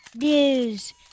news